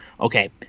okay